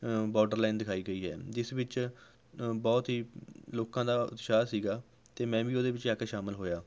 border line ਦਿਖਾਈ ਗਈ ਹੈ ਜਿਸ ਵਿੱਚ ਅ ਬਹੁਤ ਹੀ ਲੋਕਾਂ ਦਾ ਉਤਸ਼ਾਹ ਸੀਗਾ ਅਤੇ ਮੈਂ ਵੀ ਉਹਦੇ ਵਿੱਚ ਜਾ ਕੇ ਸ਼ਾਮਿਲ ਹੋਇਆ